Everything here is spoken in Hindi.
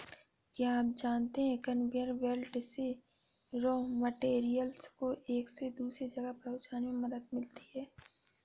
क्या आप जानते है कन्वेयर बेल्ट से रॉ मैटेरियल्स को एक से दूसरे जगह पहुंचने में मदद मिलती है?